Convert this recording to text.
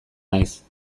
naiz